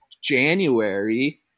January